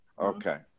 Okay